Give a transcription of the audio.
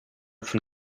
von